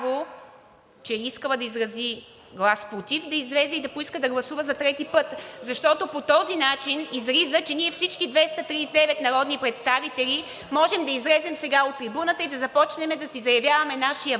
е искала да изрази глас против да излезе и да поиска да гласува за трети път, защото по този начин излиза, че ние всички 239 народни представители можем да излезем сега на трибуната и да започнем да си заявяваме нашия вот.